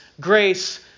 grace